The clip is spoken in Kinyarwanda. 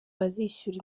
bazishyura